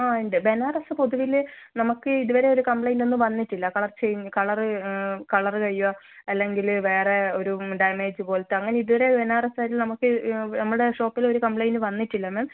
ആ ഉണ്ട് ബനാറസ് പൊതുവിൽ നമുക്ക് ഇതുവരെ ഒരു കംപ്ലൈന്റ് ഒന്നും വന്നിട്ടില്ല കളർ ചേഞ്ച് കളർ കളർ കഴിവാ അല്ലെങ്കിൽ വേറെ ഒരു ഡാമേജ് പോലത്തെ അങ്ങനെ ഇതുവരെ ബനാറസ് സാരിയിൽ നമുക്ക് നമ്മുടെ ഷോപ്പിൽ ഒരു കംപ്ലൈൻറ്റ് വന്നിട്ടില്ല മാം